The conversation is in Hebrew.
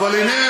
אבל הנה,